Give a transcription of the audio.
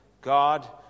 God